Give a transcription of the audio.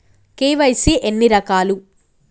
KYC ఎన్ని రకాలు?